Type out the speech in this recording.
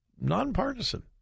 nonpartisan